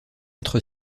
être